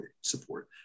support